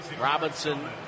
Robinson